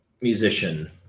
musician